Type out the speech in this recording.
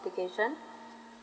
application